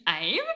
aim